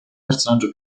personaggio